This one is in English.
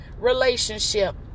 relationship